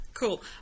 Cool